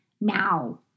Now